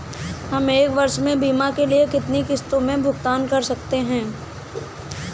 हम एक वर्ष में बीमा के लिए कितनी किश्तों में भुगतान कर सकते हैं?